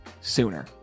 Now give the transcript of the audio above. sooner